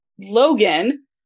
Logan